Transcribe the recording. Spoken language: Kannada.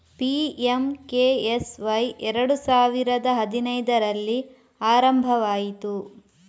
ಪಿ.ಎಂ.ಕೆ.ಎಸ್.ವೈ ಎರಡು ಸಾವಿರದ ಹದಿನೈದರಲ್ಲಿ ಆರಂಭವಾಯಿತು